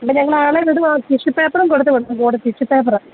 എന്നാല് ഞങ്ങള് ആളിനെ വിടുകയാണ് റ്റിഷ്യു പേപ്പറും കൊടുത്തുവിടണം കൂടെ റ്റിഷ്യു പേപ്പര്